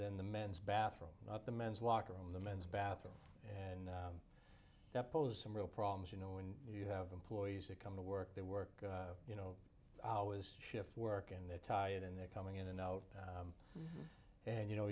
than the men's bathroom not the men's locker room the men's bathroom and that pose some real problems you know when you have employees that come to work they work you know always shift work and they're tired and they're coming in and out and you know